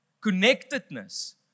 Connectedness